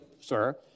sir